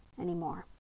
anymore